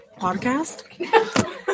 podcast